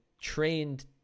trained